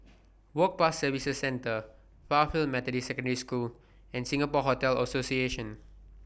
Work Pass Services Centre Fairfield Methodist Secondary School and Singapore Hotel Association